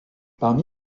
parmi